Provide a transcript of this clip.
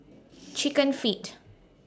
Chicken Feet